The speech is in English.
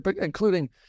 including